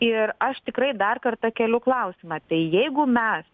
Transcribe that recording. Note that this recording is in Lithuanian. ir aš tikrai dar kartą keliu klausimą tai jeigu mes